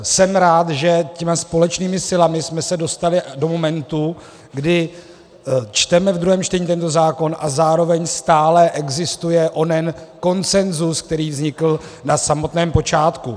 Jsem rád, že těmi společnými silami jsme se dostali do momentu, kdy čteme v druhém čtení tento zákon a zároveň stále existuje onen konsenzus, který vznikl na samotném počátku.